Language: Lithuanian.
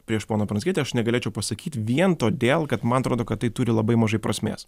prieš poną pranckietį aš negalėčiau pasakyt vien todėl kad man atrodo kad tai turi labai mažai prasmės